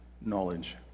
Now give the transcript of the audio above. knowledge